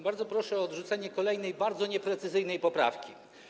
Bardzo proszę o odrzucenie kolejnej bardzo nieprecyzyjnej poprawki.